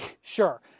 Sure